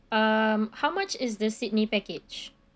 um how much is the sydney package